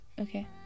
okay